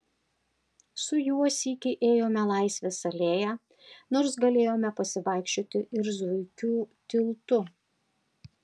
su juo sykį ėjome laisvės alėja nors galėjome pasivaikščioti ir zuikių tiltu